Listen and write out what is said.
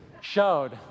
showed